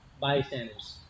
bystanders